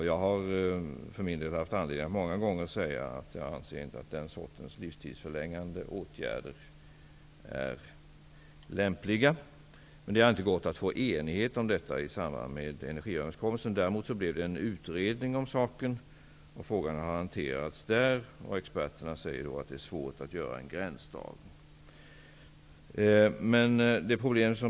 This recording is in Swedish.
Jag har för min del många gånger haft anledning att säga att jag inte anser att den sortens livstidsförlängande åtgärder är lämpliga, men det har inte gått att uppnå enighet om detta i samband med energiöverenskommelsen. Däremot tillsattes en utredning som har hanterat frågan. Enligt experterna är det svårt att göra en gränsdragning i det fallet.